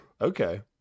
Okay